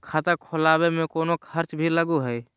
खाता खोलावे में कौनो खर्चा भी लगो है?